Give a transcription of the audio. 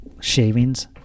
shavings